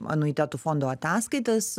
anuitetų fondo ataskaitas